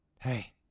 Hey